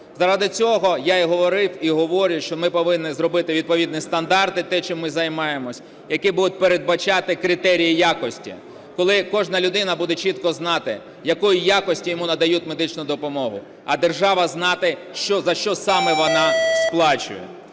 Заради цього, я і говорив, і говорю, що ми повинні зробити відповідні стандарти, те, чим ми займаємося, які будуть передбачати критерії якості. Коли кожна людина буде чітко знати, якої якості йому надають медичну допомогу, а держава знати, за що саме вона сплачує.